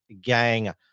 gang